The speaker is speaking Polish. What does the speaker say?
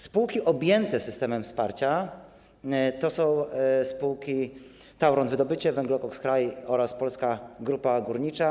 Spółki objęte systemem wsparcia to są spółki Tauron Wydobycie, Węglokoks Kraj oraz Polska Grupa Górnicza.